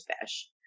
fish